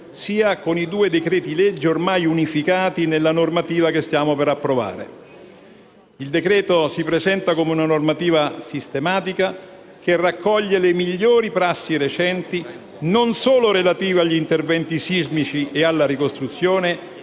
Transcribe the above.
sia con i due decreti-legge ormai unificati nella normativa che stiamo per approvare. Il decreto-legge si presenta come una normativa sistematica, che raccoglie le migliori prassi recenti, non solo relative agli interventi sismici e alla ricostruzione,